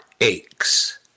aches